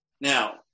Now